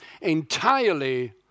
entirely